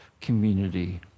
community